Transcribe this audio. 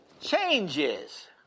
changes